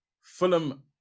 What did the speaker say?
Fulham